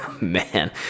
Man